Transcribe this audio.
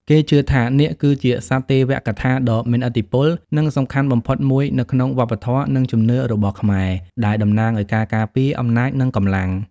គេជឿថា នាគ គឺជាសត្វទេវកថាដ៏មានឥទ្ធិពល និងសំខាន់បំផុតមួយនៅក្នុងវប្បធម៌ និងជំនឿរបស់ខ្មែរ ដែលតំណាងឱ្យការការពារ អំណាច និងកម្លាំង។